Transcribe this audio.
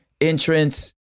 entrance